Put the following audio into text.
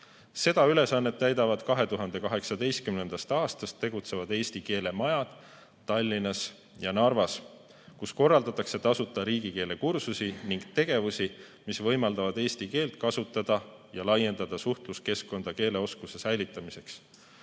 Seda ülesannet täidavad 2018. aastast tegutsevad eesti keele majad Tallinnas ja Narvas, kus korraldatakse tasuta riigikeele kursusi ning tegevusi, mis võimaldavad eesti keelt kasutada ja laiendada suhtluskeskkonda keeleoskuse säilitamiseks.